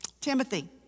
Timothy